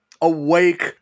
awake